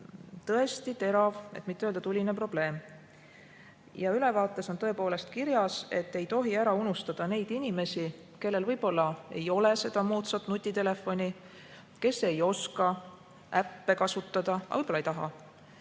tõesti terav, et mitte öelda tuline probleem. Ülevaates on tõepoolest kirjas, et ei tohi ära unustada neid inimesi, kellel võib-olla ei ole seda moodsat nutitelefoni, kes ei oska äppe kasutada, võib-olla ei taha,